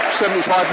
75